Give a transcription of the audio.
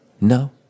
No